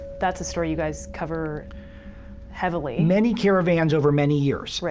that's a story you guys cover heavily. many caravans over many years.